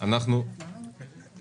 כאן שניים או אפילו שלושה דיונים בנושא הזה.